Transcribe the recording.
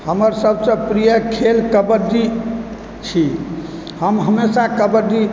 हमर सभसँ प्रिये खेल कबड्डी छी हम हमेशा कबड्डी